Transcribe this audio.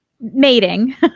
mating